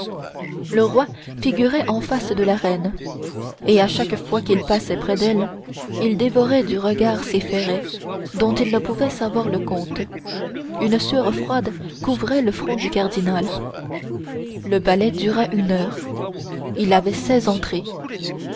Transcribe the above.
le roi figurait en face de la reine et chaque fois qu'il passait près d'elle il dévorait du regard ces ferrets dont il ne pouvait savoir le compte une sueur froide couvrait le front du cardinal le ballet dura une heure il avait seize entrées